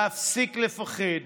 להפסיק לפחד.